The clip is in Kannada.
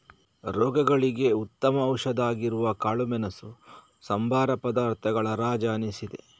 ರೋಗಗಳಿಗೆ ಉತ್ತಮ ಔಷಧಿ ಆಗಿರುವ ಕಾಳುಮೆಣಸು ಸಂಬಾರ ಪದಾರ್ಥಗಳ ರಾಜ ಅನಿಸಿದೆ